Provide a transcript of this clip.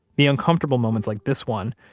the uncomfortable moments like this one,